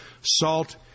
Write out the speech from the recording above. Salt